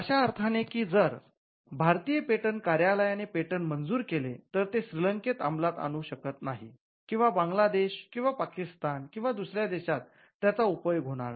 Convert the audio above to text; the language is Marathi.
अशा अर्थाने की जर भारतीय पेटंट कार्यालयाने पेटंट मंजूर केले तर ते श्रीलंकेत अंमलात आणू शकत नाही किंवा बांगलादेश किंवा पाकिस्तान किंवा दुसऱ्या देशात त्याचा उपयोग होणार नाही